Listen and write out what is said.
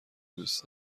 دوست